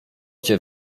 cię